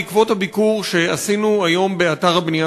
בעקבות הביקור שעשינו היום באתר הבנייה,